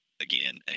again